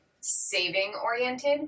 saving-oriented